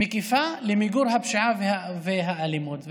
מקיפה למיגור הפשיעה והאלימות.